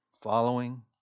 following